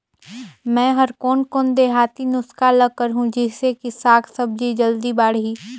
मै हर कोन कोन देहाती नुस्खा ल करहूं? जिसे कि साक भाजी जल्दी बाड़ही?